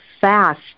fast